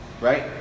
Right